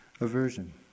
aversion